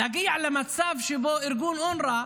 להגיע למצב שבו ארגון אונר"א,